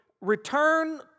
return